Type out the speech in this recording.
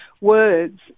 words